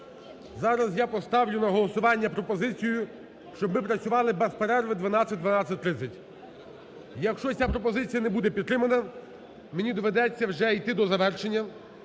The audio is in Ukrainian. Зараз я поставлю на голосування пропозицію, щоб ми працювали без перерви 12-12.30. Якщо ця пропозиція буде не підтримана, мені доведеться вже йти до завершення,